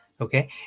okay